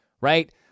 right